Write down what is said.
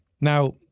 Now